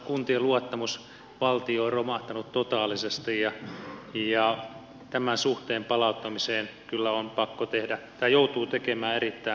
kuntien luottamus valtioon on romahtanut totaalisesti ja tämän suhteen palauttamiseen kyllä joutuu tekemään erittäin paljon töitä